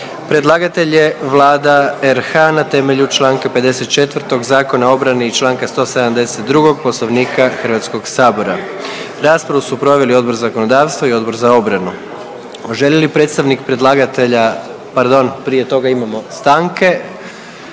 Predlagatelj je Vlada RH na temelju čl. 54. Zakona o obrani i čl. 172. Poslovnika HS. Raspravu su proveli Odbor za zakonodavstvo i Odbor za obranu. Želi li predstavnik predlagatelja, pardon, prije toga imamo stanke,